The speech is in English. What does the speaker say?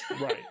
Right